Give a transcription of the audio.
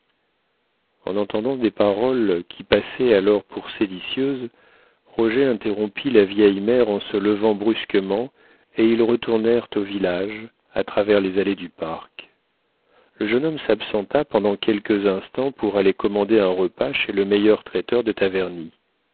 en entendant des paroles qui passaient alors pour séditieuses roger interrompit la vieille mère en se levant brusquement et ils retournèrent au village à travers les allées du parc le jeune homme s'absenta pendant quelques instants pour aller commander un repas chez le meilleur traiteur de taverny